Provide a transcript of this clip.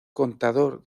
contador